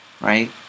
Right